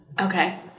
Okay